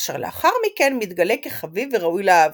אשר לאחר מכן מתגלה כחביב וראוי לאהבתה.